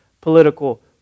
political